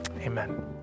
Amen